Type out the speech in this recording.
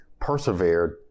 persevered